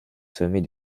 sommet